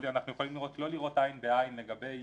שאנחנו יכולים לא לראות עין בעין לגבי